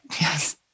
Yes